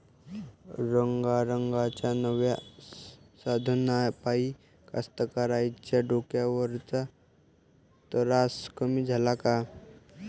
रंगारंगाच्या नव्या साधनाइपाई कास्तकाराइच्या डोक्यावरचा तरास कमी झाला का?